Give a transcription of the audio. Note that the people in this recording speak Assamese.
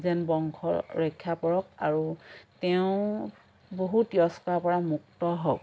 যেন বংশ ৰক্ষা পৰক আৰু তেওঁৰ বহু তিৰস্কাৰৰ পৰা মুক্ত হওক